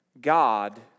God